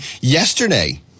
Yesterday